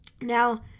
Now